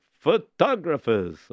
photographers